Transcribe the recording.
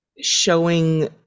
showing